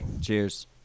Cheers